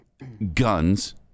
guns